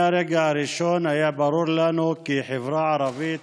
מהרגע הראשון היה ברור לנו בחברה ערבית,